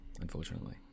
unfortunately